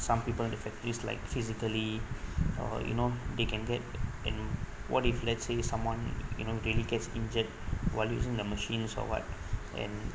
some people in factories like physically or you know they can get and what if let's say someone you know really get injured while using the machines or what and